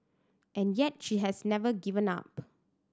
and yet she has never given up